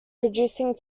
producing